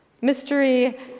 Mystery